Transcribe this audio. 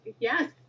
Yes